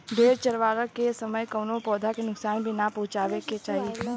भेड़ चरावला के समय कवनो पौधा के नुकसान भी ना पहुँचावे के चाही